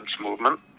movement